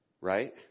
Right